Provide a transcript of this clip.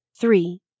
Three